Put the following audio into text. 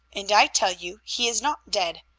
and i tell you he is not dead.